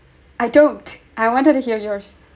I don't I wanted to hear yours